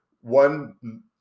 one